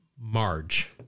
Marge